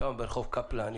שם ברחוב קפלן,